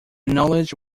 knowledge